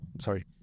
Sorry